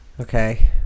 Okay